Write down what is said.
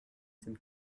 sind